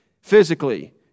physically